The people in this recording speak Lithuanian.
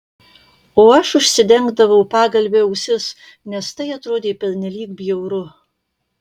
o aš užsidengdavau pagalve ausis nes tai atrodė pernelyg bjauru